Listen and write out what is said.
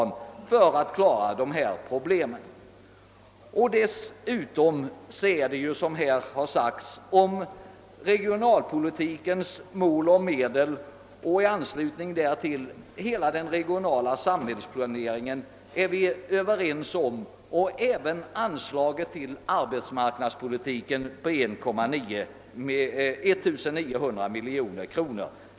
Som redan framhållits är vi också eniga när det gäller regionalpolitikens mål och medel och i anslutning härtill om den regionala samhällsplaneringen liksom även beträffande anslaget till arbetsmarknadsändamål om 1900 miljoner kronor.